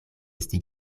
esti